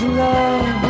love